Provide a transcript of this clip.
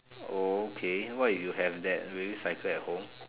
okay what you have that do you cycle at home